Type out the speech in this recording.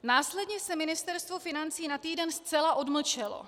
Následně se Ministerstvo financí na týden zcela odmlčelo.